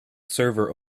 server